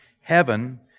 Heaven